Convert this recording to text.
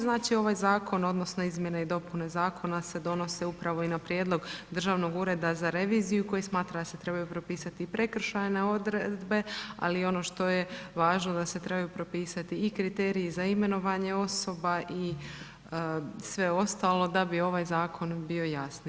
Znači ovaj zakon odnosno izmjene i dopune zakona se donose upravo i na prijedlog Državnog ureda za reviziju koji smatra da se trebaju propisati i prekršajne odredbe ali i ono što je važno, da se trebaju propisati i kriteriji za imenovanje osoba i sve ostalo da bi ovaj zakon bio jasniji.